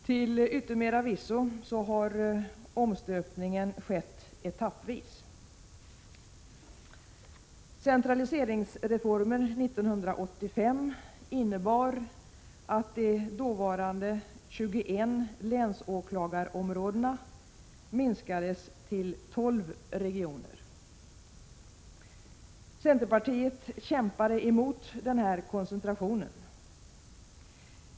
Till yttermera visso har omstöpningen skett etappvis. Centraliseringsreformen 1985 innebar att de dåvarande 21 länsåklagarområdena minskades till 12 regioner. Centerpartiet kämpade mot denna koncentration.